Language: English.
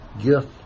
gift